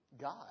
God